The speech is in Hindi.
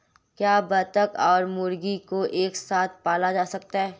क्या बत्तख और मुर्गी को एक साथ पाला जा सकता है?